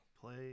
Play